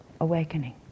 awakening